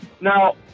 Now